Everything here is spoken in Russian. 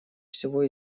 всего